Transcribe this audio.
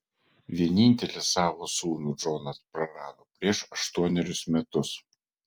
vienintelį savo sūnų džonas prarado prieš aštuonerius metus